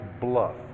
BLUFF